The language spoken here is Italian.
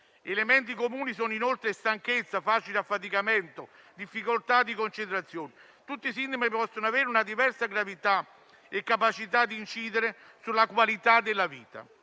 Elementi comuni sono inoltre stanchezza, facile affaticamento, difficoltà di concentrazione: tutti sintomi che possono avere una diversa gravità e capacità di incidere sulla qualità della vita.